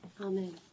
Amen